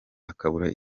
akabura